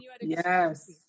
yes